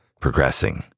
progressing